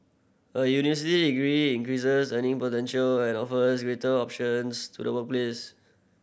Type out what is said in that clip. a university degree increases earning potential and offers greater options to the workplace